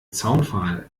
zaunpfahl